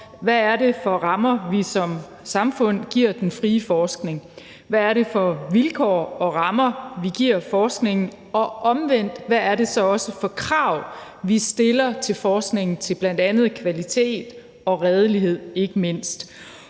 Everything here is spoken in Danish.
hvad det er for rammer, vi som samfund giver den frie forskning, hvad det er for vilkår og rammer, vi giver forskningen, og omvendt, hvad det så er for krav, vi stiller til forskningen til bl.a. kvalitet og ikke mindst